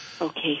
Okay